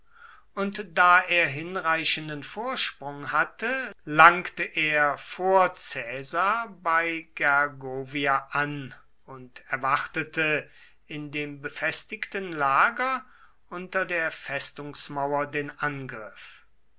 und da er hinreichenden vorsprung hatte langte er vor caesar bei gergovia an und erwartete in dem befestigten lager unter der festungsmauer den angriff